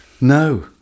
No